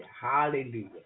Hallelujah